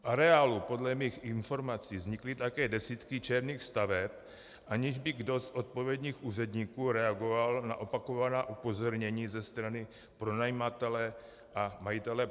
V areálu podle mých informací vznikly také desítky černých staveb, aniž by kdo z odpovědných úředníků reagoval na opakovaná upozornění ze strany pronajímatele a majitele pozemku.